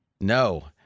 No